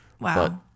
Wow